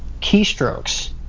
keystrokes